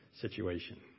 situation